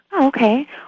Okay